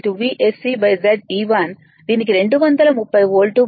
48 భాగించబడింది